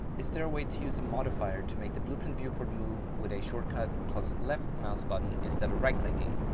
is there a way to use a modifier to make the blueprint viewport move with a shortcut plus left mouse button instead of right-clicking,